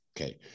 okay